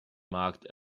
marked